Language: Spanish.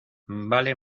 vale